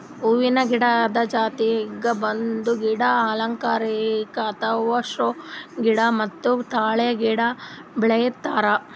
ಹೂವಿನ ಗಿಡದ್ ಜೊತಿಗ್ ಬಂಬೂ ಗಿಡ, ಅಲಂಕಾರಿಕ್ ಅಥವಾ ಷೋ ಗಿಡ ಮತ್ತ್ ತಾಳೆ ಗಿಡ ಬೆಳಿತಾರ್